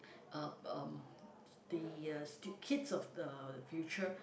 uh um the uh kids of the future